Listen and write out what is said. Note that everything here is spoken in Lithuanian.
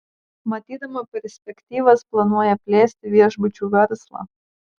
matydama perspektyvas planuoja plėsti viešbučių verslą